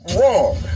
wrong